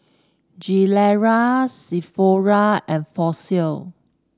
Gilera Sephora and Fossil